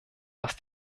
was